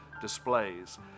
displays